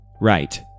right